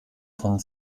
von